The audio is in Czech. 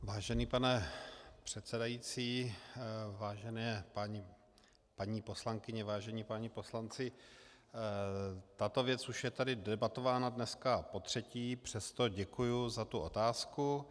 Vážený pane předsedající, vážené paní poslankyně, vážení páni poslanci, tato věc už je tady debatována dneska potřetí, přesto děkuji za tu otázku.